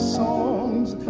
songs